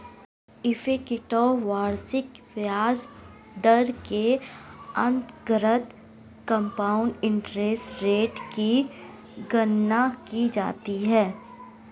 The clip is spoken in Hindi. इफेक्टिव वार्षिक ब्याज दर के अंतर्गत कंपाउंड इंटरेस्ट रेट की गणना की जाती है